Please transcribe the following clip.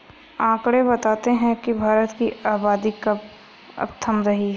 आकंड़े बताते हैं की भारत की आबादी अब थम रही है